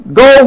go